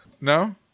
No